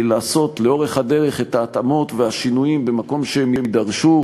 יהיה לעשות לאורך הדרך את ההתאמות ואת השינויים במקום שהם יידרשו,